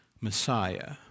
Messiah